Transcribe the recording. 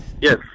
Yes